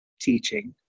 teaching